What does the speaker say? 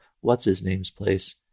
what's-his-name's-place